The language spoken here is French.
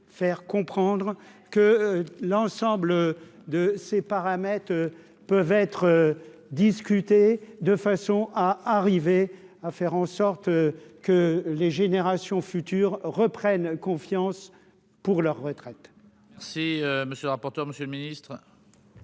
faire comprendre que l'ensemble de ces paramètres peuvent être discutés de façon à arriver à faire en sorte que les générations futures reprennent confiance pour leur retraite. Si monsieur le rapporteur, monsieur le Ministre.